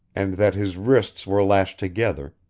and that his wrists were lashed together,